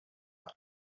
out